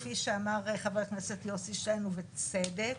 כפי שאמר חבר הכנסת יוסי שיין ובצדק.